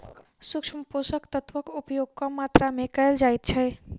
सूक्ष्म पोषक तत्वक उपयोग कम मात्रा मे कयल जाइत छै